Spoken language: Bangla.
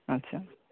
আচ্ছা